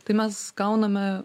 tai mes gauname